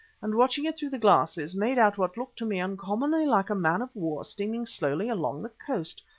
and watching it through the glasses, made out what looked to me uncommonly like a man-of-war steaming slowly along the coast.